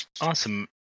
Awesome